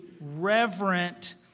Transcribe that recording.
reverent